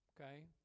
okay